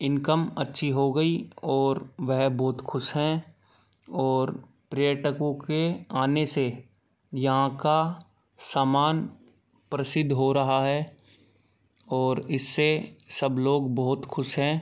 income अच्छी हो गई और वह बहुत ख़ुश हैं और पर्यटकों के आने से यहाँ का सामान प्रसिद्ध हो रहा है और इससे सब लोग बहुत ख़ुश हैं